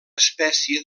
espècie